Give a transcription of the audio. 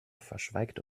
verschweigt